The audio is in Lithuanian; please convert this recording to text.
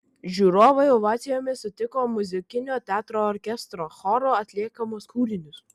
žiūrovai ovacijomis sutiko muzikinio teatro orkestro choro atliekamus kūrinius